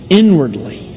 inwardly